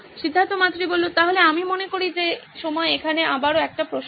সিদ্ধার্থ মাতুরি তাহলে আমি মনে করি যে সময় এখানে আবারো একটা প্রশ্ন